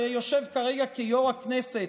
שיושב כרגע כיו"ר הכנסת,